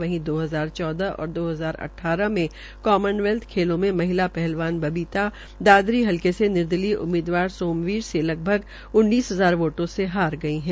वहीं दो हजार चौदह और दो हजार अट्ठारह में काम्नवेल्थ खेलों में महिला पहलवान बविता दादरी हलक से निर्दलीय उम्मीदवार सोमवीर से लगभग उन्नीस हजार वोटों से चुनाव हार गयी है